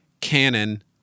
canon